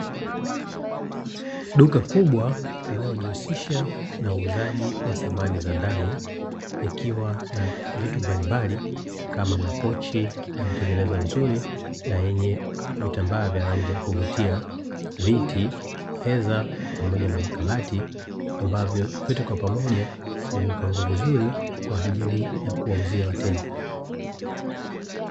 Duka kubwa linalojihusisha na uuzaji wa samani za ndani, likiwa na vitu mbalimbali kama makochi yaliyotengenezwa vizuri na yenye vitambaa ya rangi ya kuvutia, viti, meza pamoja na makabati ambavyo vyote kwa pamoja vimepangwa vizuri kwa ajili ya kuwauzia wateja.